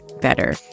better